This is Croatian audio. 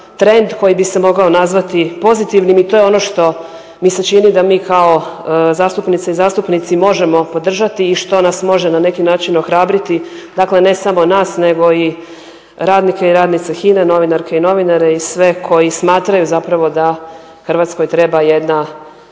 koji bi se mogao nazvati pozitivnim. I to je ono što mi se čini da mi kao zastupnice i zastupnici možemo podržati i što nas može na neki način ohrabriti, dakle ne samo nas nego i radnike i radnice HINA-e, novinarke i novinare i sve koji smatraju da Hrvatskoj treba jedan